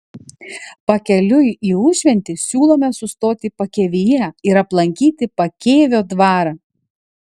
pakeliui į užventį siūlome sustoti pakėvyje ir aplankyti pakėvio dvarą